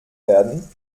werden